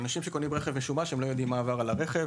אנשים שקונים רכב משומש לא יודעים מה עבר על הרכב,